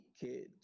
kids